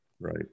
right